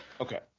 Okay